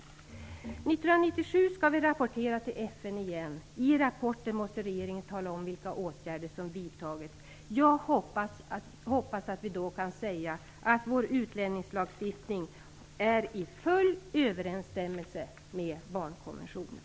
År 1997 skall vi rapportera till FN igen. I rapporten måste regeringen tala om vilka åtgärder som vidtagits. Jag hoppas att vi då kan säga att vår utlänningslagstiftning är i full överensstämmelse med barnkonventionen.